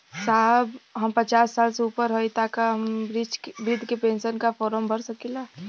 साहब हम पचास साल से ऊपर हई ताका हम बृध पेंसन का फोरम भर सकेला?